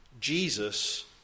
Jesus